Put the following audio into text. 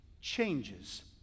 changes